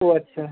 ও আচ্ছা